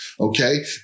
okay